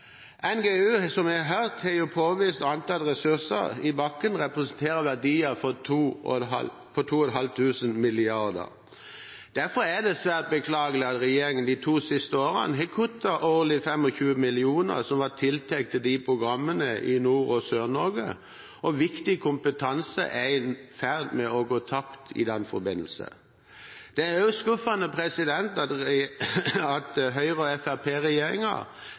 NGU har – som vi har hørt – beregnet at påviste og antatte ressurser i bakken representerer verdier for 2 500 mrd. kr. Derfor er det svært beklagelig at regjeringen de to siste årene årlig har kuttet 25 mill. kr som var tiltenkt de programmene i Nord- og Sør-Norge, og viktig kompetanse er i ferd med å gå tapt i den forbindelse. Det er også skuffende at